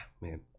Man